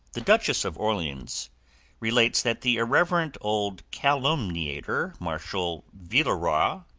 the duchess of orleans relates that the irreverent old calumniator, marshal villeroi,